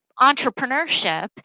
entrepreneurship